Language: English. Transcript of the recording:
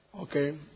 Okay